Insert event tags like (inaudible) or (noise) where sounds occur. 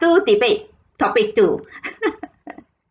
two debate topic two (laughs)